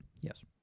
Yes